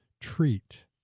treat